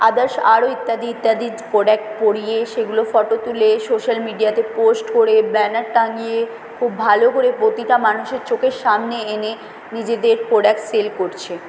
others আরও ইত্যাদি ইত্যাদি প্রোডাক্ট পরিয়ে সেগুলো ফটো তুলে সোশ্যাল মিডিয়াতে পোস্ট করে ব্যানার টাঙিয়ে খুব ভালো করে প্রতিটা মানুষের চোখের সামনে এনে নিজেদের প্রোডাক্ট সেল করছে